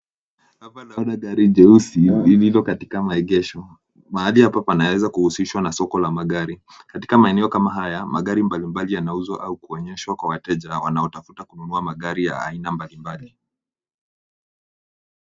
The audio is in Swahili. Hapa naona gari jeusi lililo katika maegesho. Mahali hapa panaweza kuhusishwa na soko la magari. Katika maeneo kama haya, magari mbalimbali yanauzwa au kuonyeshwa kwa wateja wanaotafuta kununua magari ya aina mbalimbali.